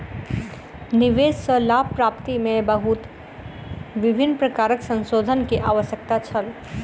निवेश सॅ लाभ प्राप्ति में बहुत विभिन्न प्रकारक संशोधन के आवश्यकता छल